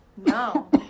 No